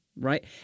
right